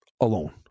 Alone